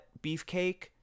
beefcake